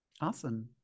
Awesome